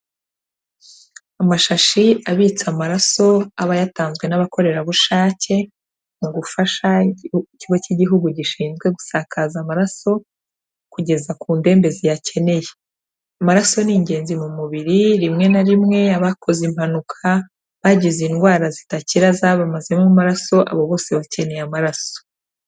Amashashi abitse amaraso aba yatanzwe n'abakorerabushake, mu gufasha ikigo cy'igihugu gishinzwe gusakaza amaraso kugeza ku ndembe ziyakeneye, amaraso ni ingenzi mu mubiri rimwe na rimwe abakoze impanuka, abagize indwara zidakira zabamazemo amaraso, abo bose bakeneye amaraso.